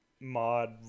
mod